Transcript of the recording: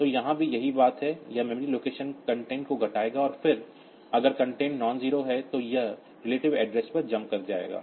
तो यहाँ भी यही बात है यह मेमोरी लोकेशन कंटेंट को घटाएगा और फिर अगर कंटेंट नॉनजरो है तो यह रिलेटिव एड्रेस पर जम्प कर जाएगा